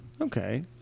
Okay